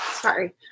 Sorry